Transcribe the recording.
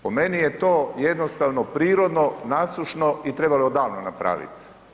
Po meni je to jednostavno prirodno nasušno i trebalo je odavno napravit.